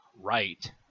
right